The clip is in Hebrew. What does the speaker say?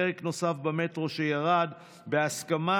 פרק נוסף במטרו שירד בהסכמה